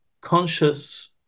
conscious